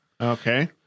Okay